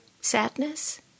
sadness